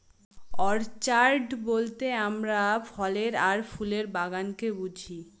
orchard বলতে আমরা ফলের আর ফুলের বাগানকে বুঝি